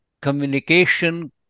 communication